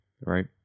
right